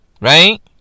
right